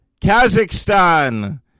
Kazakhstan